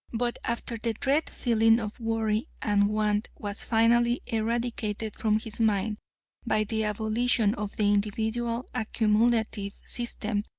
but after the dread feeling of worry and want was finally eradicated from his mind by the abolition of the individual accumulative system,